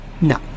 No